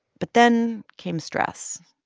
but then came stress,